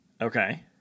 okay